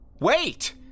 Wait